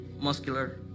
muscular